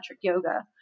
yoga